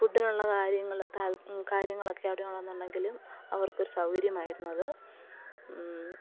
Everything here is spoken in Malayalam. ഫുഡിനുള്ള കാര്യങ്ങൾ കാര്യങ്ങളൊക്കെ അവിടെ ഉണ്ടെന്നുണ്ടെങ്കിലും അവർക്കൊരു സൗകര്യമായിരുന്നത്